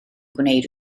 gwneud